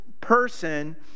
person